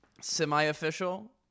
semi-official